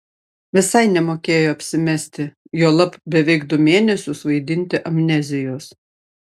visai nemokėjo apsimesti juolab beveik du mėnesius vaidinti amnezijos